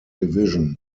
division